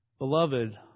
Beloved